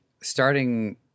starting